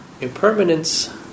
impermanence